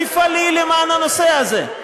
תפעלי למען הנושא הזה.